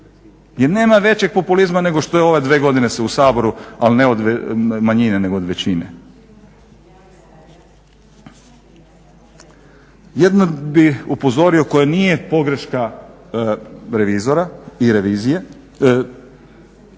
Jer nema većeg populizma nego što je ovaj 2 godine se u Saboru ali ne od manjine nego od većine. Jedno bih upozorio koje nije pogreška revizora i revizije